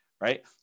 Right